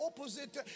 opposite